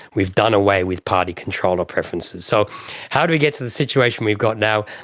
we've done away with party control of preferences. so how did we get to the situation we've got now?